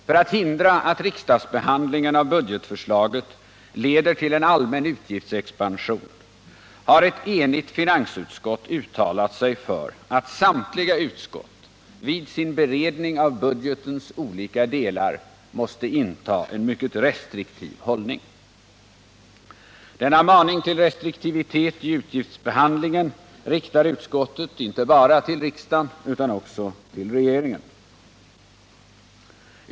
För att hindra att riksdagsbehandlingen av budgetförslaget leder till en allmän utgiftsexpansion har ett enigt finansutskott uttalat sig för att samtliga utskott vid sin beredning av budgetens olika delar måste inta en mycket restriktiv hållning. Denna maning till restriktivitet i utgiftsbehandlingen riktar utskottet inte bara till riksdagen utan också till regeringen.